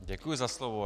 Děkuji za slovo.